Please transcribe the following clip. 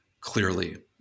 clearly